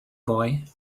boy